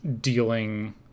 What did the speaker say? dealing